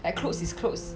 like clothes is clothes